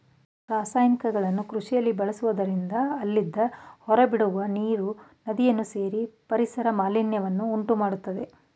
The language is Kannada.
ರಾಸಾಯನಿಕಗಳನ್ನು ಕೃಷಿಯಲ್ಲಿ ಬಳಸುವುದರಿಂದ ಅಲ್ಲಿಂದ ಹೊರಬಿಡುವ ನೀರು ನದಿಯನ್ನು ಸೇರಿ ಪರಿಸರ ಮಾಲಿನ್ಯವನ್ನು ಉಂಟುಮಾಡತ್ತದೆ